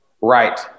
Right